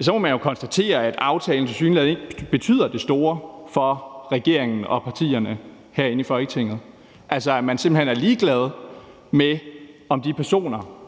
så må man jo konstatere, at aftalen tilsyneladende ikke betyder det store for regeringen og partierne herinde i Folketinget, altså at man simpelt hen er ligeglade med, om de personer,